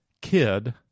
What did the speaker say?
kid